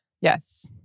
Yes